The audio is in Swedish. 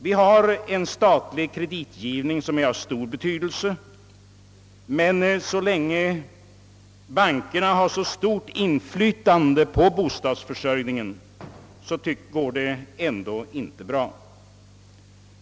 Vi har en statlig kreditgivning som är av stor betydelse, men så länge bankerna har sitt stora inflytande över bostadsförsörjningen går det ändå inte bra.